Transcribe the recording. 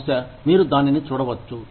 బహుశా మీరు దానిని చూడవచ్చు